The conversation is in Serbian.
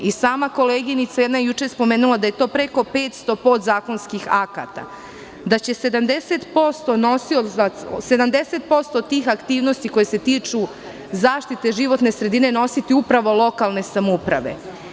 I sama koleginica jedna je juče spomenula da je to preko 500 podzakonskih akata, da će 70% tih aktivnosti koje se tiču zaštite životne sredine nositi upravo lokalne samouprave.